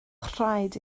rhaid